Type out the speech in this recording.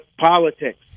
politics